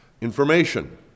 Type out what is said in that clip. information